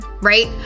right